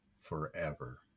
forever